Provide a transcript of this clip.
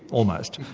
almost.